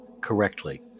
correctly